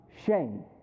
Shame